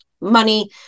money